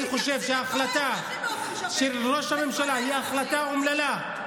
אני חושב שההחלטה של ראש הממשלה היא החלטה אומללה,